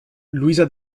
luisa